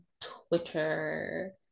twitter